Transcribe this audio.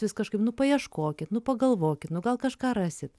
vis kažkaip nu paieškokit nu pagalvokit nu gal kažką rasit